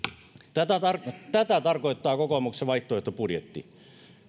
tätä tätä tarkoittaa kokoomuksen vaihtoehtobudjetti